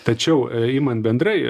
tačiau imant bendrai